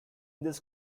these